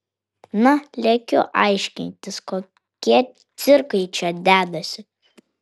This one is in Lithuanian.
na lekiu aiškintis kokie cirkai čia dedasi